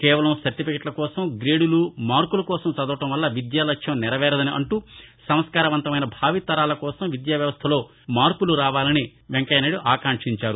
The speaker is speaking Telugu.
కేవలం సర్టిఫికెట్లకోసం గ్రేడులు మరియు మార్కులకోసం చదవటం వల్ల విద్యాలక్ష్మం నెరవేరదని అంటూ సంస్కారవంతమైన భావితరాలకోసం విద్యావ్యవస్ణలో మార్పులు రావాలని వెంకయ్యనాయుడు ఆకాంక్షించారు